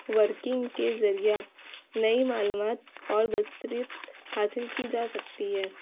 working کے ذریعہ نئی معلومات اور بصیرت حاصل کی جا سکتی ہے